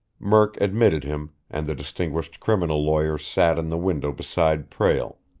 murk admitted him, and the distinguished criminal lawyer sat in the window beside prale,